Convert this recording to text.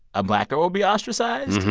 a black girl would be ostracized.